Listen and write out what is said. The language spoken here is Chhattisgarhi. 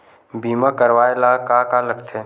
बीमा करवाय ला का का लगथे?